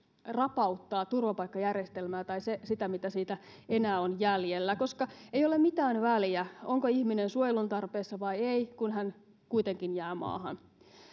rapauttaa turvapaikkajärjestelmää tai sitä mitä siitä enää on jäljellä koska ei ole mitään väliä onko ihminen suojelun tarpeessa vai ei kun hän kuitenkin jää maahan